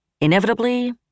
Inevitably